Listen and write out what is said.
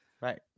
right